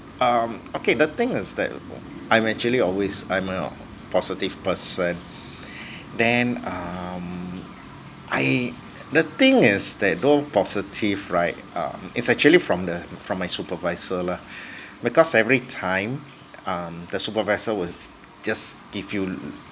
um okay the thing is that I'm actually always I'm a positive person then um I the thing is that though positive right um is actually from the from my supervisor lah because every time um the supervisor will just give you